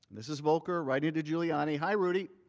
this is volker writing to giuliani hi rudy,